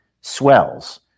swells